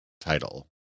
title